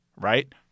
right